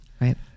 Right